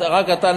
רק אתה,